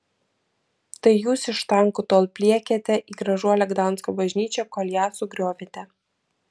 tai jūs iš tankų tol pliekėte į gražuolę gdansko bažnyčią kol ją sugriovėte